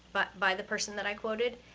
but by the person that i quoted,